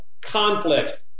conflict